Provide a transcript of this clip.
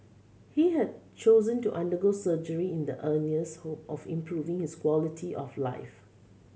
he had chosen to undergo surgery in the earnest hope of improving his quality of life